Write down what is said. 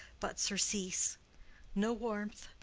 but surcease no warmth,